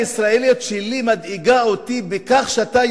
הישראליות שלי מדאיגה אותי בכך שאתה